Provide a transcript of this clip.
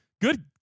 Good